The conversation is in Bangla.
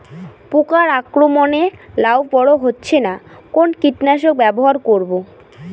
পোকার আক্রমণ এ লাউ বড় হচ্ছে না কোন কীটনাশক ব্যবহার করব?